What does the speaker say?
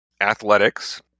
athletics